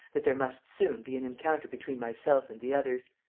that there must soon be an encounter between myself and the others.